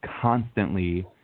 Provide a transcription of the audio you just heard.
Constantly